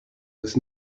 was